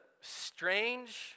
strange